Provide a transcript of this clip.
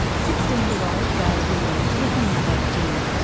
sixteen year old gail williams with her mother jenny.